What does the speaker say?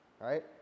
right